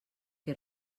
que